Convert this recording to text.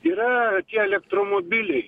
yra tie elektromobiliai